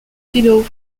pillow